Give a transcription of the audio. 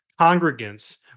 congregants